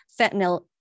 fentanyl